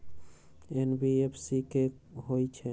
NBFC कि होअ हई?